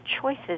choices